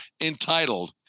entitled